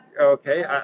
okay